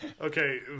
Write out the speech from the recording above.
Okay